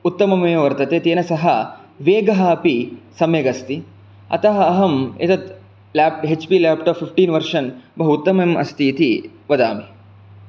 उत्तमम् एव वर्तते तेन सह वेगः अपि सम्यगस्ति अतः अहम् एतत् H P laptop fifteen version बहु उत्तमम् अस्ति इति वदामि